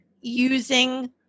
using